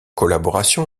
collaboration